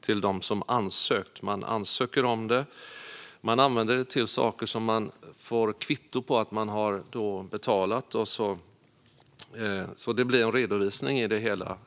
till dem som ansökt om den. Fritidspengen ges till sådant där det finns ett kvitto, så det blir en redovisning i det hela.